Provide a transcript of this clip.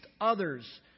others